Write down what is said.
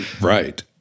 Right